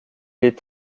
est